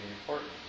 important